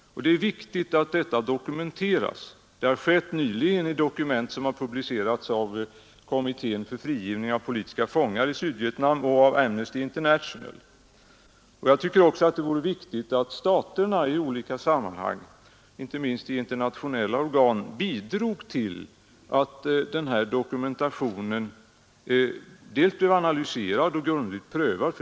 Det är viktigt att detta dokumenteras. Det har skett nyligen i dokument som har publicerats av kommittén för frigivning av politiska fångar i Sydvietnam och av Amnesty International. Jag tycker att också staterna i olika sammanhang, inte minst i internationella organ, bör bidra till att denna dokumentation blir analyserad och grundligt prövad.